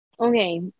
okay